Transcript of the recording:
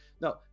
No